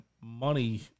money